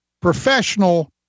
professional